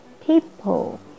people